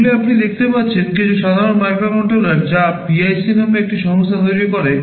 এগুলি আপনি দেখতে পাচ্ছেন কিছু সাধারণ মাইক্রোকন্ট্রোলার যা PIC নামে একটি সংস্থা তৈরি করে